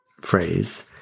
phrase